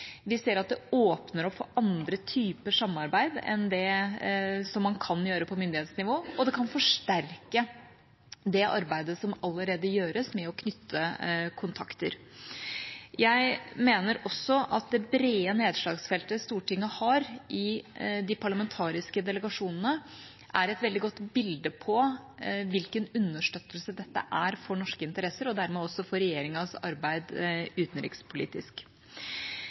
Vi ser at det åpner opp for andre typer samarbeid enn det man kan gjøre på myndighetsnivå, og det kan forsterke det arbeidet som allerede gjøres med å knytte kontakter. Jeg mener også at det brede nedslagsfeltet Stortinget har i de parlamentariske delegasjonene, er et veldig godt bilde på hvilken understøttelse dette er for norske interesser og dermed også for regjeringas arbeid